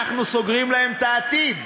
אנחנו סוגרים להם את העתיד.